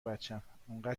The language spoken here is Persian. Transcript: بچم، انقدر